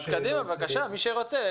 אז קדימה, בבקשה, מי שרוצה.